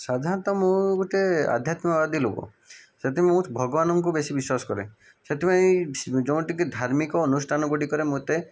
ସାଧାରଣତଃ ମୁଁ ଗୋଟିଏ ଆଧ୍ୟାତ୍ମିକବାଦି ଲୋକ ସେଥି ମୁଁ ବହୁତ ଭଗବାନଙ୍କୁ ବେଶୀ ବିଶ୍ଵାସ କରେ ସେଥିପାଇଁ ଯୋଉଁମାନେ ଟିକେ ଧାର୍ମିକ ଅନୁଷ୍ଠାନଗୁଡ଼ିକରେ ମୋତେ